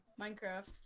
Minecraft